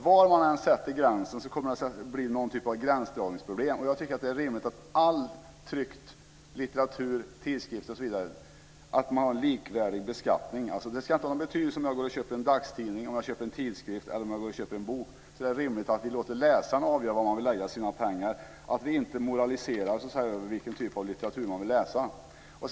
Var man än sätter gränsen kommer det att uppstå gränsdragningsproblem, och jag tycker att det är rimligt att ha en likvärdig beskattning av all tryckt litteratur, även av tidskrifter osv. Oavsett om det gäller en dagstidning, en tidskrift eller en bok är det rimligt att vi låter läsaren avgöra vad han vill lägga sina pengar på och att vi, så att säga, inte moraliserar över detta val.